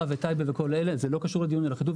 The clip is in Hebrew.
וטייבה וכל אלה זה לא קשור לדיון על אחיטוב,